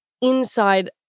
inside